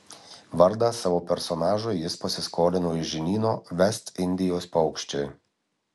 vardą savo personažui jis pasiskolino iš žinyno vest indijos paukščiai